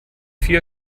vier